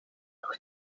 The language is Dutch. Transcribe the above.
nog